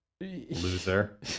loser